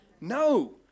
No